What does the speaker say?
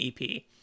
EP